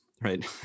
right